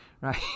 right